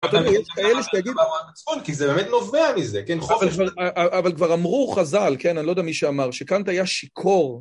יש כאלה שתגידו, על המצפון, כי זה באמת נובע מזה, כן? אבל כבר אמרו חזל, כן, אני לא יודע מי שאמר, שקאנט היה שיכור.